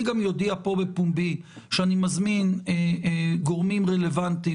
אני גם אודיע פה בפומבי שאני מזמין גורמים רלוונטיים